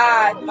God